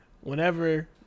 whenever